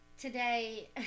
today